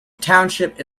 township